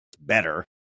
better